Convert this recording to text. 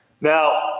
Now